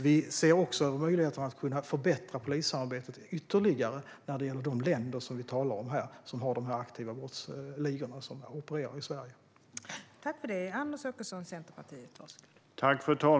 Vi tittar också på möjligheterna att förbättra polissamarbetet ytterligare i de länder vi talar om här varifrån de aktiva brottsligor som opererar i Sverige kommer.